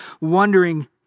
wondering